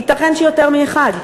ייתכן שיותר מאחד.